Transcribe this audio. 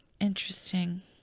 Interesting